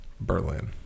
Berlin